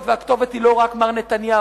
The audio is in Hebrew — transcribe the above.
והכתובת היא לא רק מר נתניהו,